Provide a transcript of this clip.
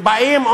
ובאים,